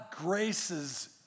graces